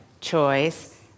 Choice